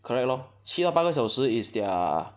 correct lor 七到八个小时 is their